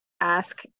ask